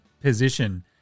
position